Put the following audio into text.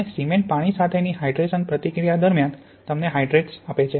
અને સિમેન્ટ પાણી સાથેની હાઇડ્રેશન પ્રતિક્રિયા દરમિયાન તમને હાઇડ્રેટ્સ આપે છે